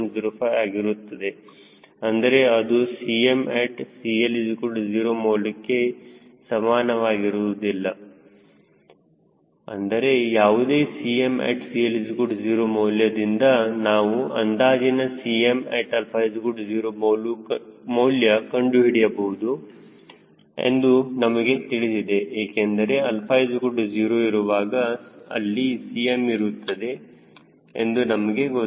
05 ಆಗಿರುತ್ತದೆ ಆದರೆ ಅದು 𝐶matCL0 ಮೌಲ್ಯಕ್ಕೆ ಸಮವಾಗಿರುವುದಿಲ್ಲ ಆದರೆ ಯಾವುದೇ 𝐶matCL0 ಮೌಲ್ಯದಿಂದ ನಾವು ಅಂದಾಜಿನ Cm at 0 ಮೌಲ್ಯ ಕಂಡುಹಿಡಿಯಬಹುದು ಎಂದು ನಮಗೆ ತಿಳಿದಿದೆ ಏಕೆಂದರೆ 𝛼 0 ಇರುವಾಗ ಅಲ್ಲಿ Cm ಇರುತ್ತದೆ ಎಂದು ನಮಗೆ ಗೊತ್ತು